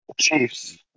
Chiefs